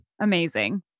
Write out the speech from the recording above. Amazing